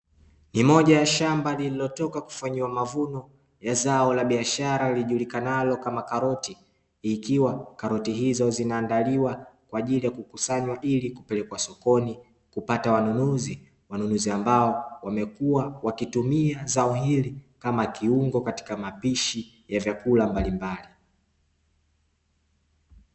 Ni moja ya shamba lililotoka kufanyiwa mavuno ya zao la biashara lijulikanalo kama karoti, ikiwa karoti hizo zinaandaliwa kwaajili ya kukusanywa ili kupelekwa sokoni kupata wanunuzi, wanunuzi ambao wamekuwa wakitumia zao hili kama kiungo katika mapishi ya vyakula mbalimbali.